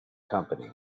company